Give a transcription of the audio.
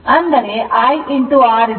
5 ಆಗಿದೆ